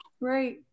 Right